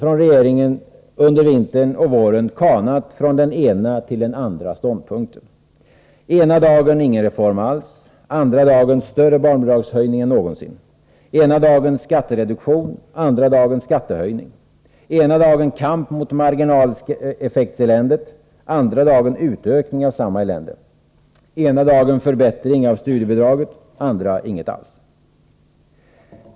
Regeringen har under vintern och våren kanat från den ena till den andra ståndpunkten: — Ena dagen ingen reform alls, andra dagen större barnbidragshöjning än någonsin. — Ena dagen kamp mot marginaleffektseländet, andra dagen utökning av samma elände. — Ena dagen förbättring av studiebidraget, andra dagen inget alls.